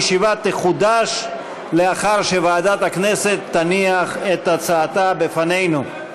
הישיבה תחודש לאחר שוועדת הכנסת תניח את הצעתה בפנינו.